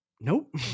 nope